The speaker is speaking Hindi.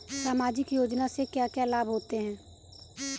सामाजिक योजना से क्या क्या लाभ होते हैं?